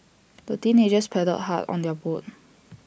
the teenagers paddled hard on their boat